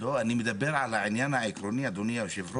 אני מדבר על העניין העקרוני, אדוני היושב ראש.